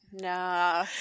No